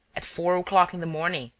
at four o'clock in the morning,